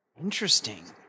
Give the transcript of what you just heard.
Interesting